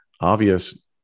obvious